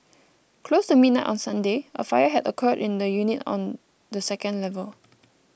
close to midnight on Sunday a fire had occurred in a unit on the second level